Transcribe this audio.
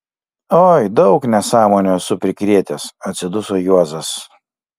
oi daug nesąmonių esu prikrėtęs atsiduso juozas